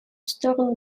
сторону